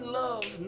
love